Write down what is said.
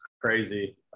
crazy